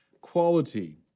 quality